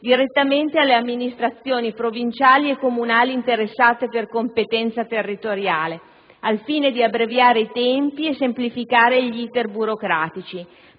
direttamente alle amministrazioni provinciali e comunali interessate per competenza territoriale, al fine di abbreviare i tempi e semplificaregli *iter* burocratici,